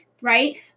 right